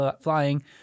flying